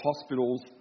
hospitals